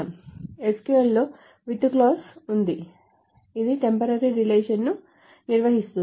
SQL లో WITH clause ఉంది ఇది టెంపరరీ రిలేషన్ ను నిర్వచిస్తుంది